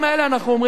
אנחנו אומרים לו: